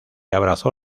abrazó